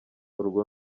urwo